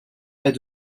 est